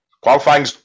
Qualifying